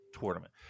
tournament